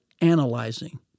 analyzing